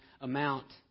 amount